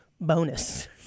bonus